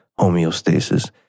homeostasis